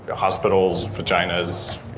hospitals, vaginas.